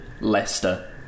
Leicester